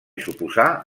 suposà